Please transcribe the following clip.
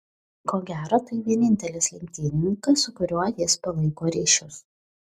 ko gero tai vienintelis lenktynininkas su kuriuo jis palaiko ryšius